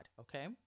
Okay